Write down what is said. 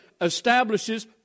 establishes